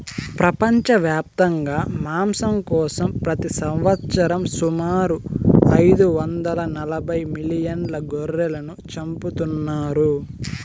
ప్రపంచవ్యాప్తంగా మాంసం కోసం ప్రతి సంవత్సరం సుమారు ఐదు వందల నలబై మిలియన్ల గొర్రెలను చంపుతున్నారు